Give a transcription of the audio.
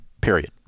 period